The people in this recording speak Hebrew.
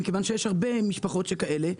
מכיוון שיש הרבה משפחות כאלה,